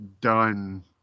done